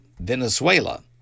Venezuela